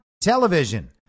television